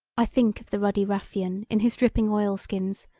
i think of the ruddy ruffian in his dripping oilskins,